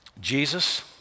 Jesus